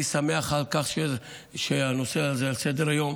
אני שמח על כך שהנושא הזה על סדר-היום.